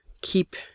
keep